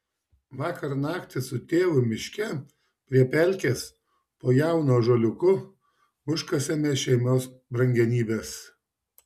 vakar naktį su tėvu miške prie pelkės po jaunu ąžuoliuku užkasėme šeimos brangenybes